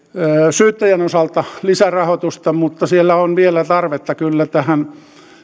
syyttäjän osalta lisärahoitusta mutta siellä on vielä tarvetta kyllä tähän